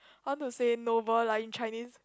I want to say noble like in Chinese